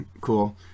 cool